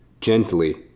gently